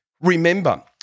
Remember